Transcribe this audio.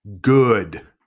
Good